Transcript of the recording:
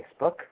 Facebook